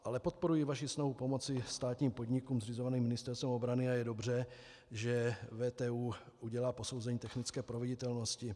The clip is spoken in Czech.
Ale podporuji vaši snahu pomoci státním podnikům zřizovaným Ministerstvem obrany a je dobře, že VTÚ udělá posouzení technické proveditelnosti.